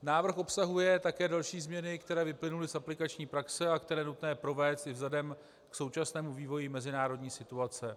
Návrh obsahuje také další změny, které vyplynuly z aplikační praxe a které je nutné provést i vzhledem k současnému vývoji mezinárodní situace.